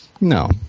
No